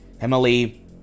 Emily